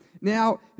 Now